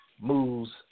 moves